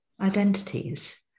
identities